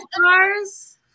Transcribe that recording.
cars